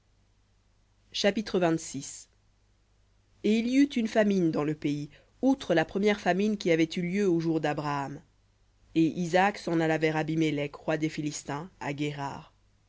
chapitre et il y eut une famine dans le pays outre la première famine qui avait eu lieu aux jours d'abraham et isaac s'en alla vers abimélec roi des philistins à guérar